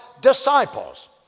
disciples